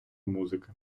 музики